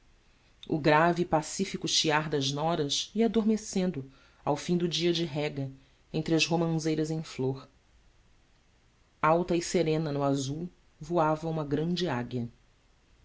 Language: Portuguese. o grave e pacífico chiar das noras ia adormecendo ao fim do dia de rega entre as romãzeiras em flor alta e serena no azul voava uma grande águia